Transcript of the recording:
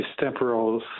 temporal